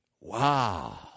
Wow